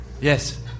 Yes